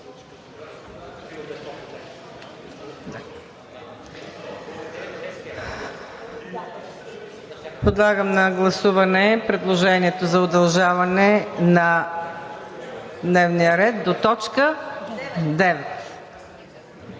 Подлагам на гласуване предложението за удължаване на дневния ред до точка